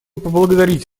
поблагодарить